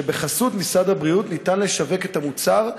שבחסות משרד הבריאות אפשר לשווק את המוצר,